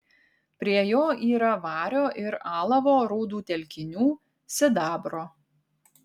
prie jo yra vario ir alavo rūdų telkinių sidabro